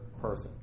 person